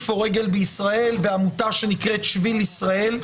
בישראל בדמות עמותה שנקראת "שביל ישראל,